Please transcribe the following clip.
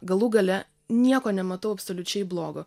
galų gale nieko nematau absoliučiai blogo